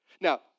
Now